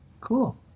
Cool